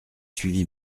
suivi